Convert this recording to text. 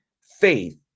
faith